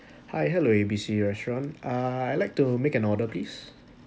hi hello A B C restaurant uh I'd like to make an order please